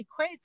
equates